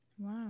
Wow